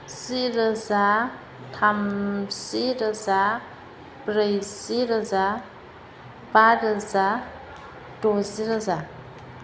जि रोजा थामजि रोजा ब्रैजि रोजा बा रोजा दजि रोजा